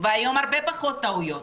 והיום הרבה פחות טעויות.